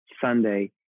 Sunday